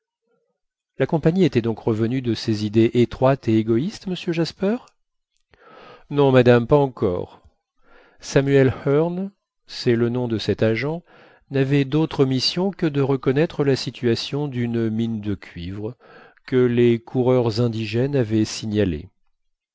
la compagnie était donc revenue de ses idées étroites et égoïstes monsieur jasper non madame pas encore samuel hearne c'est le nom de cet agent n'avait d'autre mission que de reconnaître la situation d'une mine de cuivre que les coureurs indigènes avaient signalée